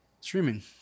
streaming